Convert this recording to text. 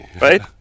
right